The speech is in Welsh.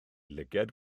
lygaid